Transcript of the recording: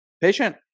Patient